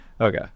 okay